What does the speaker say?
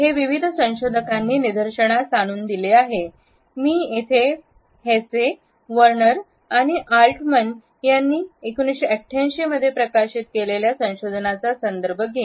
हे विविध संशोधकांनी निदर्शनास आणून दिले आहे मी येथे हेसे वर्नर आणि ऑल्टमन यांनी 1988 मध्ये प्रकाशित केलेले संशोधनचा संदर्भ घेईन